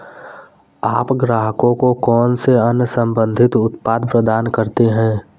आप ग्राहकों को कौन से अन्य संबंधित उत्पाद प्रदान करते हैं?